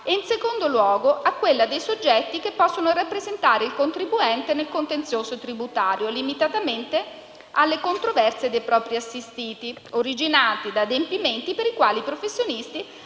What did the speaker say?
e, in secondo luogo, a quella dei soggetti che possono rappresentare il contribuente nei contenzioso tributario, limitatamente alle controversie dei propri assistiti originate da adempimenti per i quali i professionisti